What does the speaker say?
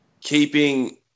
keeping